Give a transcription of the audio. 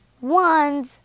One's